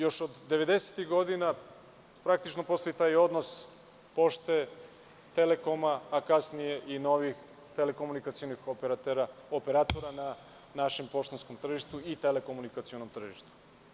Još od 90-ih godina praktično postoji taj odnos pošte, Telekoma, a kasnije i novih telekomunikacionih operatora na našem poštanskom i telekomunikacionom tržištu.